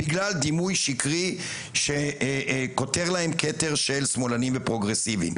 בגלל דימוי שקרי שכותר להם כתר של שמאלנים ופרוגרסיביים,